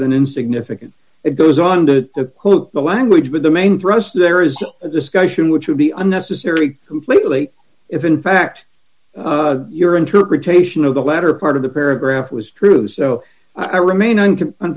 than insignificant it goes on to quote the language but the main thrust there is a discussion which would be unnecessary who lately if in fact your interpretation of the latter part of the paragraph was true so i remain on